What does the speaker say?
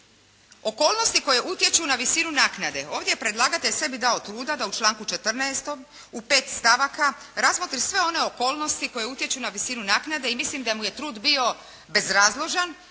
Okolnosti koje utječu na visinu naknade, ovdje je predlagatelj sebi dao truda da u članku 14. u pet stavaka razmotri sve one okolnosti koje utječu na visinu naknade i mislim da mu je trud bio bezrazložan